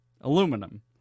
aluminum